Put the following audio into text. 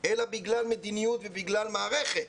אלא בגלל מדיניות ובגלל מערכת